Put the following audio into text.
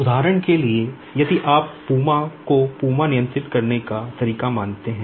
उदाहरण के लिए यदि आप PUMA को PUMA नियंत्रित करने का तरीका मानते हैं